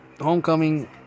Homecoming